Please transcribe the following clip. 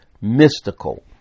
mystical